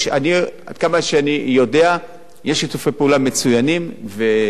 יש שיתופי פעולה מצוינים בין המגזר הערבי לבין הרווחה.